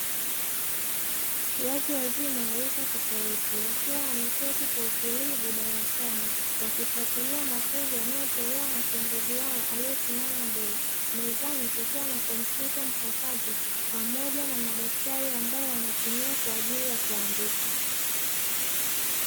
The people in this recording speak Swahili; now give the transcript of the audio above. Watu wazima wa rika tofauti wakiwa wameketi kwa utulivu darasani, wakifuatilia mafunzo yanayotolewa na kiongozi wao aliyesimama mbele. Mezani kukiwa na kompyuta mpakato, pamoja na madaftari ambayo wanayatumia kwa ajili ya kuandika.